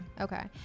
Okay